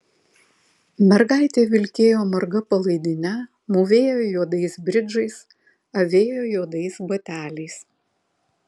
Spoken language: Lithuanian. mergaitė vilkėjo marga palaidine mūvėjo juodais bridžais avėjo juodais bateliais